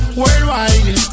worldwide